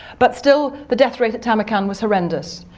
but still the death rate at tamarkan was horrendous,